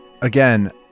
Again